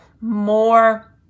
more